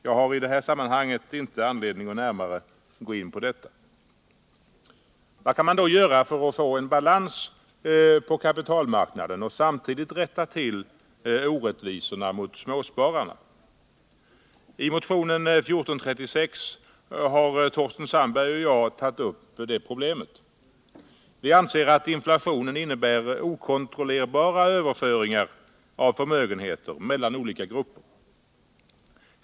Jag har i detta sammanhang inte anledning att närmare gå in på detta problem. | Vad kan man då göra för att få balans på kapitalmarknaden och samtidigt rätta till orättvisorna mot småspararna? I motionen 1436 har Torsten Sandberg och jag tagit upp problemet. Vi anser att inflationen innebär okontrollerbara överföringar av förmögenheter mellan olika grupper.